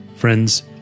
Friends